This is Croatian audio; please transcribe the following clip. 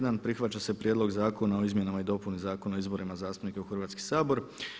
1. Prihvaća se Prijedlog zakona o izmjenama i dopuni Zakona o izborima zastupnika u Hrvatski sabor.